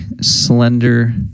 slender